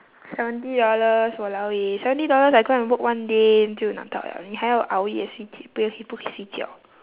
seventy dollars !walao! eh seventy dollars I go and work one day 就能到了你还要熬夜不可以睡觉